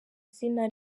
izina